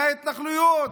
מההתנחלויות.